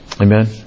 Amen